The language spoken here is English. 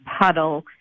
puddle